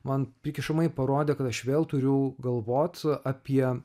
man prikišamai parodė kad aš vėl turiu galvot apie